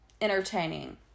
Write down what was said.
entertaining